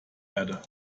erde